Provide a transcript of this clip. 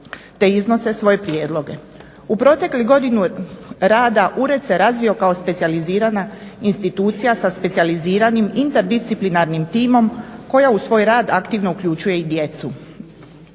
te iznose svoje prijedloge. U proteklih godinu rada ured se razvio kao specijalizirana institucija sa specijaliziranim interdisciplinarnim timom koja u svoj rad aktivno uključuje i djecu.